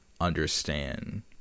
understand